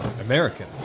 American